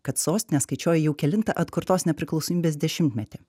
kad sostinė skaičiuoja jau kelintą atkurtos nepriklausomybės dešimtmetį